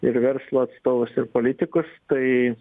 ir verslo atstovus ir politikus tai